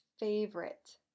favorite